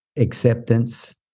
Acceptance